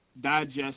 digest